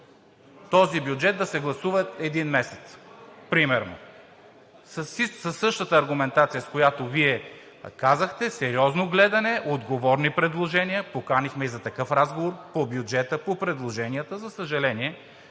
този бюджет да се гласува един месец примерно? Със същата аргументация, за която и Вие казахте – сериозно гледане, отговорни предложения, ги поканихме на разговор по бюджета, по предложенията. За съжаление,